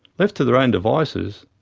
left to their own devices,